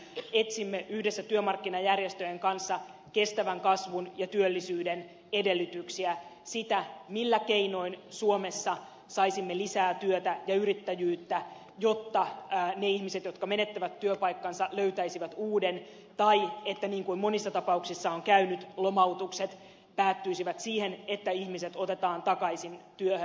etsimme yhdessä työmarkkinajärjestöjen kanssa kestävän kasvun ja työllisyyden edellytyksiä sitä millä keinoin suomessa saisimme lisää työtä ja yrittäjyyttä jotta ne ihmiset jotka menettävät työpaikkansa löytäisivät uuden tai että niin kuin monissa tapauksissa on käynyt lomautukset päättyisivät siihen että ihmiset otetaan takaisin työhön